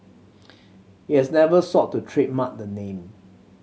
he has never sought to trademark the name